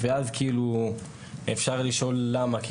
ואז כאילו אפשר לשאול למה.